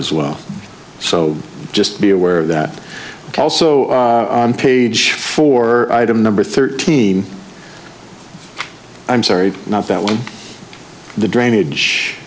as well so just be aware that also on page four item number thirteen i'm sorry not that one the drainage